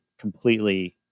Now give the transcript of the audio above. completely